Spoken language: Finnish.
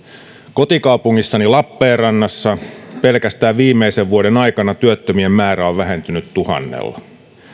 kotikaupungissani lappeenrannassa pelkästään viimeisen vuoden aikana työttömien määrä on vähentynyt tuhannella